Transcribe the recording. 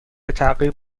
تعقیب